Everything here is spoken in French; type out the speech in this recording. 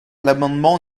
l’amendement